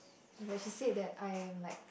but she said that I am like